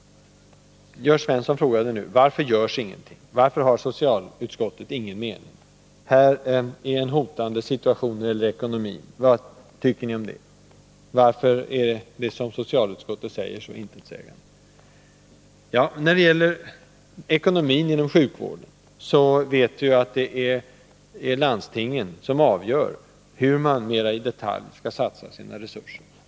Jörn Svensson frågade: Varför görs det ingenting? Varför har socialutskottet ingen mening? Här är det en hotande situation för ekonomin — vad tycker ni om det? Varför är det som socialutskottet säger så intetsägande? När det gäller ekonomin inom sjukvården vet vi att det är landstingen som avgör hur man mera i detalj skall satsa sina resurser.